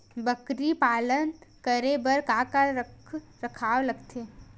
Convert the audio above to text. बकरी पालन करे बर काका रख रखाव लगथे?